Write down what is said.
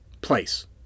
place